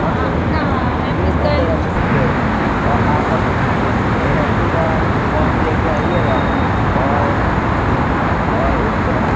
हाँ तो यह सब यह रखेंगे आप अपनी एल आइ सी का फॉर्म ले कर आइएगा और उस पर